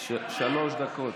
שלוש דקות.